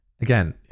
Again